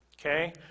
Okay